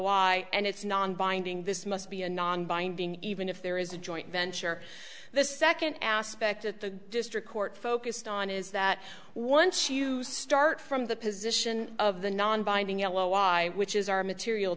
why and it's non binding this must be a non binding even if there is a joint venture the second aspect at the district court focused on is that once you start from the position of the non binding yellow y which is are material